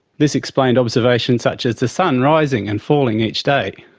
this explained observations such as the sun rising and falling each day.